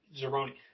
Zeroni